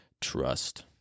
trust